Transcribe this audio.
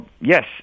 Yes